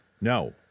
No